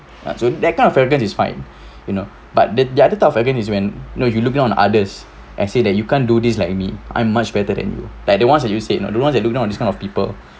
so that kind of arrogant is fine you know but the the other type of again is when no you look down on others actually that you can't do this like me I'm much better than you like the ones that you said you know the ones you look down on this kind of people